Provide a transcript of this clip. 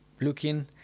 looking